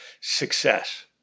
success